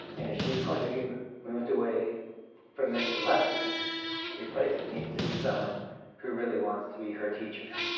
and if she's going to be moved away from ms. lepsey the replacement needs to be someone who really wants to be her teacher.